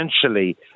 essentially